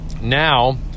Now